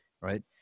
Right